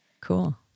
Cool